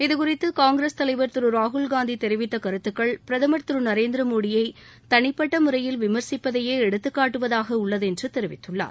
இதுகுறித்து காங்கிரஸ் தலைவர் திரு ராகுல்காந்தி தெரிவித்த கருத்துகள் பிரதமர் திரு நரேந்திர மோடியை தனிப்பட்ட முறையில் விமர்சிப்பதையே எடுத்துக்காட்டுவதாக உள்ளது என்று தெரிவித்துள்ளார்